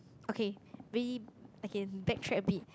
okay we okay backtrack a bit